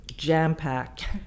jam-packed